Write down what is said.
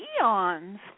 eons